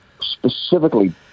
specifically